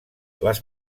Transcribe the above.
les